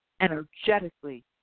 energetically